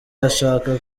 ashaka